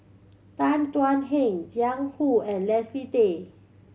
Tan Thuan Heng Jiang Hu and Leslie Tay